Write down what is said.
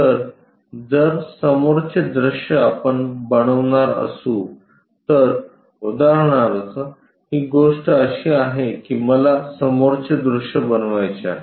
तर जर समोरचे दृश्य आपण हे बनवणार असू तर उदाहरणार्थ ही गोष्ट अशी आहे की मला समोरचे दृश्य बनवायचे आहे